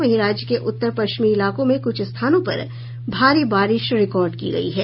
वहीं राज्य के उत्तर पश्चिमी इलाकों में कुछ स्थानों पर भारी बारिश रिकार्ड की गयी है